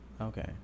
Okay